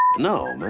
no man.